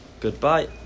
goodbye